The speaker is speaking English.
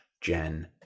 Jen